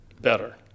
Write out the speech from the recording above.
better